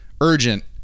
urgent